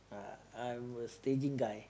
uh I'm a staging guy